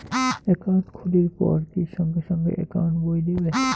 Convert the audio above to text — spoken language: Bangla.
একাউন্ট খুলির পর কি সঙ্গে সঙ্গে একাউন্ট বই দিবে?